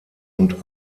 und